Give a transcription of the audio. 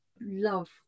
love